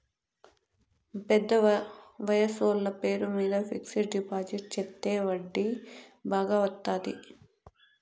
పెద్ద వయసోళ్ల పేరు మీద ఫిక్సడ్ డిపాజిట్ చెత్తే వడ్డీ బాగా వత్తాది